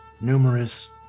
numerous